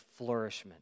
flourishment